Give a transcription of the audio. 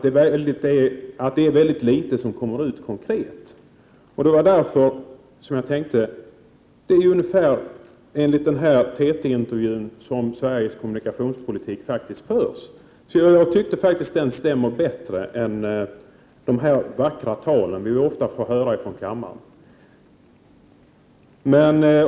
Men tyvärr är det mycket litet konkret som kommer ut av detta. Jag tycker alltså att Sveriges kommunikationspolitik faktiskt förs på ett sådant sätt som framgår TT-intervjun. Den stämmer bättre med verkligheten än de vackra tal som vi ofta får höra i kammaren.